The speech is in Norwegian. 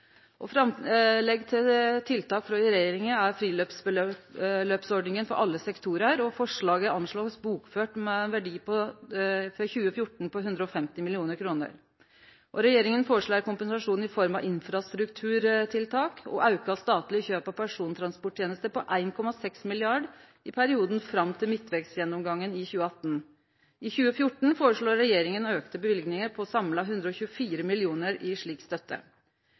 til tiltak frå regjeringa er fribeløpsordninga til alle sektorar, og forslaget anslår ein blir bokført med ein verdi for 2014 på 150 mill. kr. Regjeringa foreslår ei kompensasjon i form av infrastrukturtiltak og auka statleg kjøp av persontransporttenester på 1, 6 mrd. kr i perioden fram til midtvegsgjennomgangen i 2018. I 2014 foreslår regjeringa auka løyvingar på til saman 124 mill. kr i slik støtte.